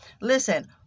Listen